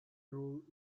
rule